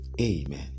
Amen